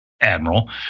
Admiral